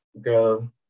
Girl